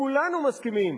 כולנו מסכימים,